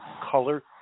color